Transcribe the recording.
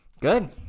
Good